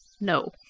No